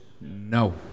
no